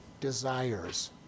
desires